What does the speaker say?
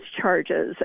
charges